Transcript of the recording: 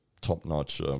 top-notch